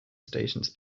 stations